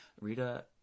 rita